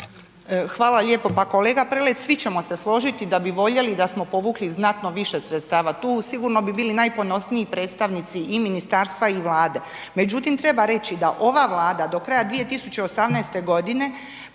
Hvala lijepo. Pa kolega Prelec svi ćemo se složiti da bi voljeli da smo povukli znatno više sredstava. Tu sigurno bi bili najponosniji predstavnici i ministarstva i Vlade. Međutim, treba reći da ova Vlada do kraja 2018. godine